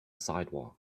sidewalk